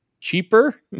cheaper